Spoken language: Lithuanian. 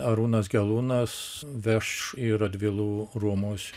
arūnas gelūnas veš į radvilų rūmus